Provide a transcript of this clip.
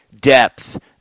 depth